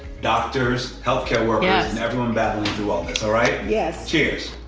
doctors, healthcare workers yes. and everyone battling through all this, all right? yes. cheers.